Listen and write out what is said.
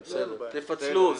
תפצלו.